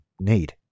need